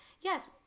yes